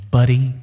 Buddy